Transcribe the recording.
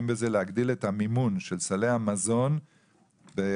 בזה להגדיל את המימון של סלי המזון בחגים,